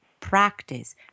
practice